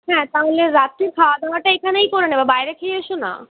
হ্যাঁ তাহলে রাত্রের খাওয়া দাওয়াটা এইখানেই করে নেবে বাইরে খেয়ে এসো না